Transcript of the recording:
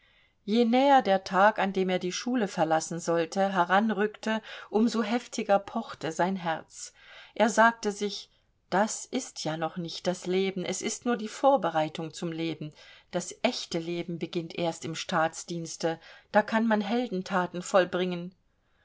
je näher der tag an dem er die schule verlassen sollte heranrückte um so heftiger pochte sein herz er sagte sich das ist ja noch nicht das leben es ist nur die vorbereitung zum leben das echte leben beginnt erst im staatsdienste da kann man heldentaten vollbringen